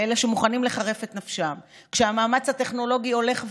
לאלה שמוכנים לחרף את נפשם כשהמאמץ הטכנולוגי הולך ועולה,